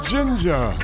Ginger